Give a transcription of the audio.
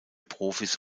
profis